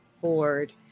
board